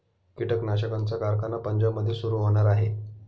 कीटकनाशकांचा कारखाना पंजाबमध्ये सुरू होणार आहे